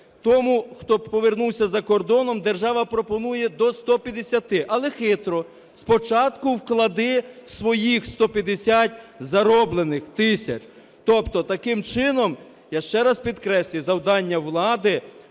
Тому, хто повернувся із-за кордону, держава пропонує до 150, але хитро: спочатку вклади своїх 150 зароблених тисяч. Тобто таким чином, я ще раз підкреслюю, завдання влади